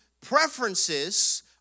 preferences